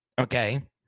Okay